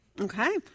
Okay